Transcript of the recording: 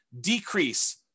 decrease